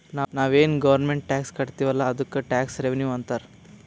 ನಾವು ಏನ್ ಗೌರ್ಮೆಂಟ್ಗ್ ಟ್ಯಾಕ್ಸ್ ಕಟ್ತಿವ್ ಅಲ್ಲ ಅದ್ದುಕ್ ಟ್ಯಾಕ್ಸ್ ರೆವಿನ್ಯೂ ಅಂತಾರ್